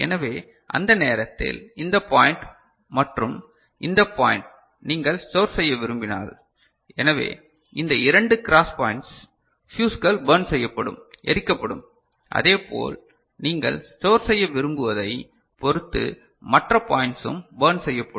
எனவே அந்த நேரத்தில் இந்த பாய்ன்ட் மற்றும் இந்த பாய்ன்ட் நீங்கள் ஸ்டோர் செய்ய விரும்பினால் எனவே இந்த இரண்டு கிராஸ் பாயின்ட்ஸ் ஃபியுஸ்கள் பர்ன் செய்யப்படும் எரிக்கப்படும் அதேபோல் நீங்கள் ஸ்டோர் செய்ய விரும்புவதைப் பொறுத்து மற்ற பாய்ண்ட்ஸும் பர்ன் செய்யப்படும்